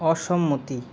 অসম্মতি